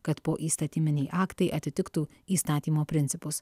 kad poįstatyminiai aktai atitiktų įstatymo principus